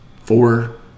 four